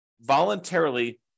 voluntarily